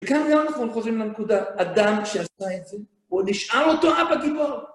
וכאן גם אנחנו חוזרים לנקודה, אדם שעשה את זה, הוא נשאר אותו אבא הגיבור.